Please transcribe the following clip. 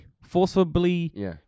forcibly